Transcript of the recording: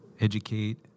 educate